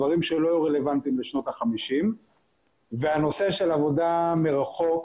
דברים שלא היו רלוונטיים בשנות ה-50 והנושא של עבודה מרחוק,